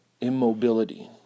immobility